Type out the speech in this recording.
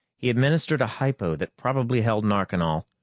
he administered a hypo that probably held narconal.